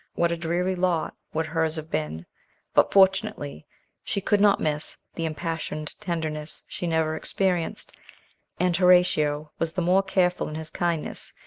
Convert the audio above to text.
what a dreary lot would hers have been but fortunately she could not miss the impassioned tenderness she never experienced and horatio was the more careful in his kindness,